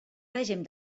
règim